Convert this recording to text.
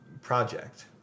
Project